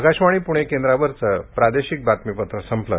आकाशवाणी प्णे केंद्रावरचे प्रादेशिक बातमीपत्र संपले